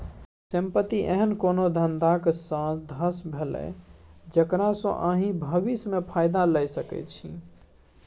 संपत्ति एहन कोनो धंधाक साधंश भेलै जकरा सँ अहाँ भबिस मे फायदा लए सकै छी